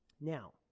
Now